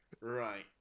Right